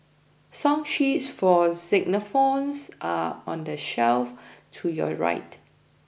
song sheets for xylophones are on the shelf to your right